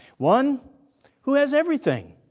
one who has everything,